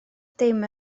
dim